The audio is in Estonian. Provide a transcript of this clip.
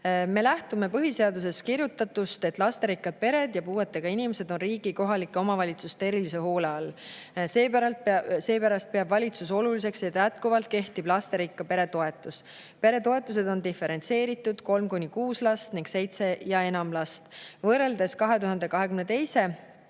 Me lähtume põhiseaduses kirjutatust, et lasterikkad pered ja puuetega inimesed on riigi ja kohalike omavalitsuste erilise hoole all. Seepärast peab valitsus oluliseks, et jätkuvalt kehtib lasterikka pere toetus. Peretoetused on diferentseeritud, kolm kuni kuus last ning seitse ja enam last. Võrreldes 2022.